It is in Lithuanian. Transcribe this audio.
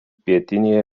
pietinėje